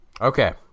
Okay